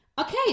Okay